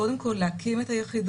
קודם כל להקים את היחידות,